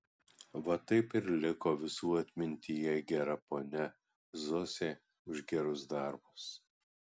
va taip ir liko visų atmintyje gera ponia zosė už gerus darbus